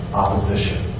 opposition